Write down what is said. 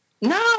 No